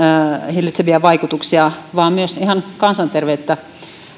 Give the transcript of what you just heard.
hillitseviä vaikutuksia vaan myös ihan kansanterveyttä